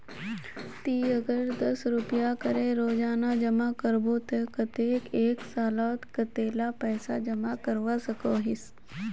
ती अगर दस रुपया करे रोजाना जमा करबो ते कतेक एक सालोत कतेला पैसा जमा करवा सकोहिस?